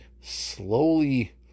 slowly